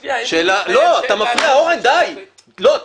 הוא מתחייב --- אורן, אתה מפריע.